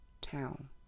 town